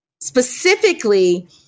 specifically